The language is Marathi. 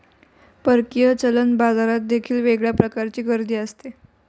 परकीय चलन बाजारात देखील वेगळ्या प्रकारची गर्दी असते